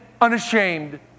unashamed